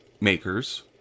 makers